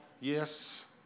Yes